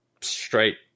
straight